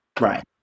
Right